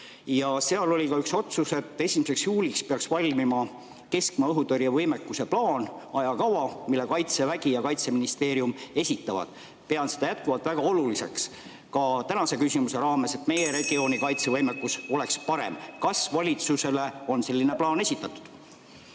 seal oli ka üks otsus, et 1. juuliks peaks valmima keskmaa õhutõrje võimekuse plaan, ajakava, mille Kaitsevägi ja Kaitseministeerium esitavad. Pean seda jätkuvalt väga oluliseks, ka tänast küsimust esitades, et meie regiooni kaitsevõimekus oleks parem. Kas valitsusele on selline plaan esitatud?